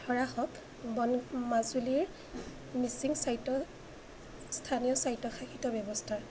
ধৰা হওক বন মাজুলীৰ মিচিং স্বায়ত্ত স্থানীয় স্বায়ত্তশাসিত ব্যৱস্থা